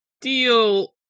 deal